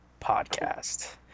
podcast